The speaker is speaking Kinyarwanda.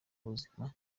buzima